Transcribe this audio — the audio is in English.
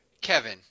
Kevin